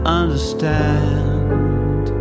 understand